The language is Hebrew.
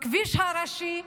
בכביש הראשי,